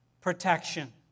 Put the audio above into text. protection